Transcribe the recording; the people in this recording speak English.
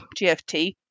gft